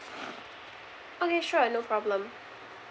okay sure no problem